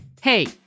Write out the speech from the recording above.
Hey